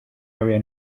area